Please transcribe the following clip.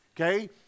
Okay